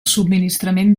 subministrament